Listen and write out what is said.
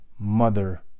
mother